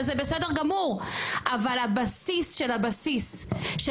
וזה בסדר גמור; אבל הבסיס של הבסיס של